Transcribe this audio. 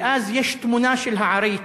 ואז יש תמונה של העריץ,